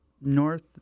north